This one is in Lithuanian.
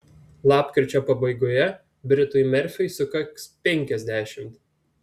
lapkričio pabaigoje britui merfiui sukaks penkiasdešimt